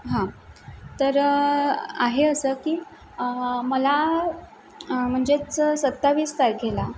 हां तर आहे असं की मला म्हणजेच सत्तावीस तारखेला